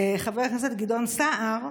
חבר הכנסת גדעון סער,